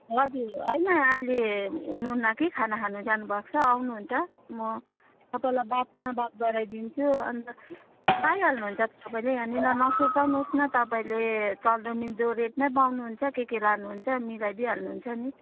हजुर हैन अहिले हुनुहुन्न कि खाना खानु जानुभएको छ आउनुहुन्छ म तपाईँलाई बादमा बात गराइदिन्छु अनि त पाइहाल्नु हुन्छ तपाईँले यहाँनिर नसुर्ताउनुहोस् न तपाईँले चल्दोमिल्दो रेटमै पाउनुहुन्छ के के लानुहुन्छ मिलाइदिइहाल्नु हुन्छ नि